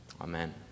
Amen